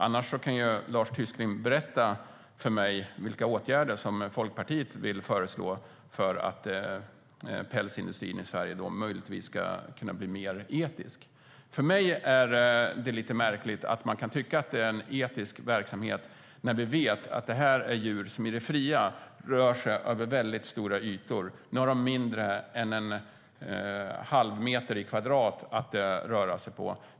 Annars kan Lars Tysklind berätta för mig vilka åtgärder som Folkpartiet vill föreslå för att pälsindustrin i Sverige möjligtvis ska kunna bli mer etisk. För mig är det lite märkligt att man kan tycka att det är en etisk verksamhet, när vi vet att det här är djur som i det fria rör sig över väldigt stora ytor. Nu har de mindre än en halvmeter i kvadrat att röra sig på.